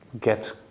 get